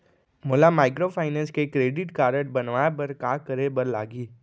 मोला माइक्रोफाइनेंस के credit card बनवाए बर का करे बर लागही?